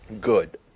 good